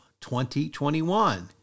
2021